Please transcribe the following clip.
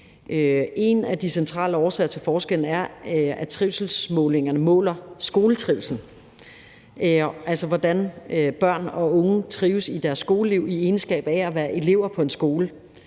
En af de centrale årsager til forskellen er, at trivselsmålingerne måler skoletrivslen, altså hvordan børn og unge trives i deres skoleliv i egenskab af at være elever på en skole.